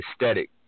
aesthetic